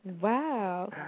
Wow